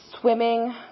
swimming